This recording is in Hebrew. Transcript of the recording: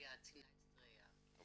--- יש